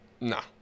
nah